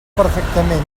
perfectament